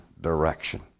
direction